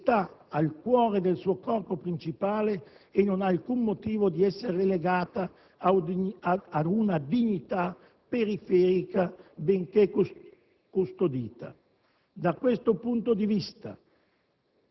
che sta al cuore del suo corpo principale e non ha alcun motivo di essere relegata a una dignità periferica benché custodita. Da questo punto di vista